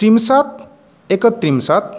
त्रिंशत् एकत्रिंशत्